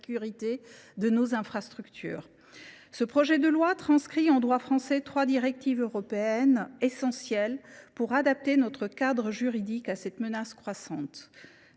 de loi. Ce texte de loi transcrit en droit français trois directives européennes essentielles pour adapter notre cadre juridique à cette menace croissante.